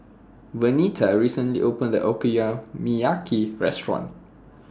Vernita recently opened A Okonomiyaki Restaurant